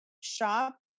shop